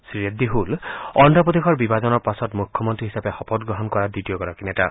শ্ৰীৰেড্ডী হব অজ্ঞপ্ৰদেশৰ বিভাজনৰ পাছত মৃখ্যমন্ত্ৰী হিচাপে শপতগ্ৰহণ কৰা দ্বিতীয়গৰাকী নেতা